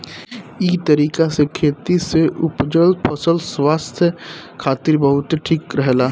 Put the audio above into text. इ तरीका से खेती से उपजल फसल स्वास्थ्य खातिर बहुते ठीक रहेला